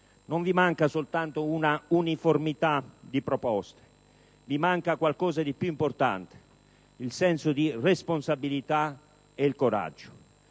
non vi manca soltanto una uniformità di proposte; vi manca qualcosa di più importante: il senso di responsabilità e il coraggio.